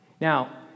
Now